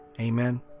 Amen